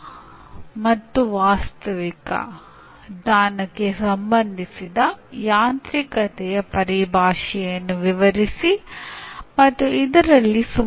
ಘಟನೆಗಳು ಹೀಗಿರಬಹುದು ಕೆಲವು ಹೊಸ ಜ್ಞಾನವನ್ನು ಪ್ರದರ್ಶಿಸಬಹುದು ಅಥವಾ ರಸಪ್ರಶ್ನೆ ನಡೆಸುವುದು ಅಥವಾ ವಿದ್ಯಾರ್ಥಿಗಳನ್ನು ಪರಸ್ಪರ ಚರ್ಚಿಸಲು ಹೇಳುವುದು